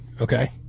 Okay